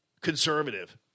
conservative